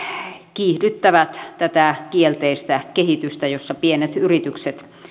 kiihdyttävät tätä kielteistä kehitystä jossa pienet yritykset